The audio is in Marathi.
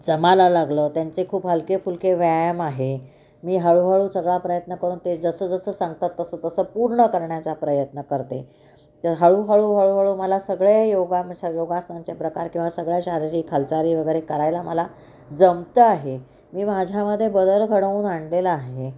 जमायला लागलं त्यांचे खूप हलके फुलके व्यायाम आहे मी हळूहळू सगळा प्रयत्न करून ते जसं जसं सांगतात तसं तसं पूर्ण करण्याचा प्रयत्न करते तर हळूहळू हळूहळू मला सगळे योगा योगासनांचे प्रकार किंवा सगळ्या शारीरिक हालचाली वगैरे करायला मला जमतं आहे मी माझ्यामध्ये बदल घडवून आणलेलं आहे